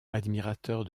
admirateur